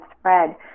spread